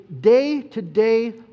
day-to-day